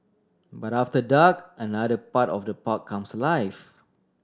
but after dark another part of the park comes alive